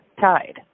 tide